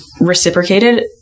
reciprocated